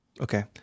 Okay